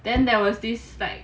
then there was this like